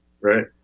Right